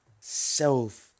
self